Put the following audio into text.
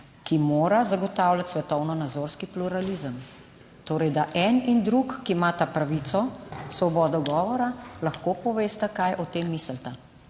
ki mora zagotavljati svetovno nazorski pluralizem - torej da en in drug, ki imata pravico svobodo govora, lahko povesta, kaj o tem mislita.